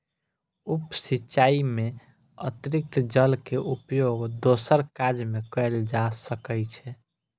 उप सिचाई में अतरिक्त जल के उपयोग दोसर काज में कयल जा सकै छै